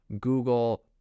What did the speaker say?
Google